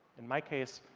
in my case,